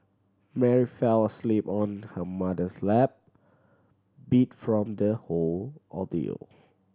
Mary fell asleep on her mother's lap beat from the whole ordeal